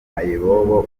mayibobo